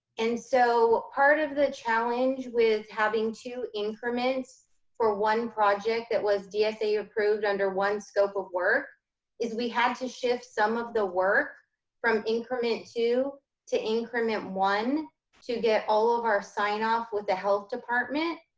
and so part of the challenge with having two increments for one project that was dsa approved under one scope of work is we had to shift some of the work from increment two to increment one to get all of our sign off with the health department.